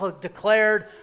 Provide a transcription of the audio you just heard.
declared